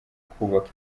kubaka